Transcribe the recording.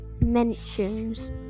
mentions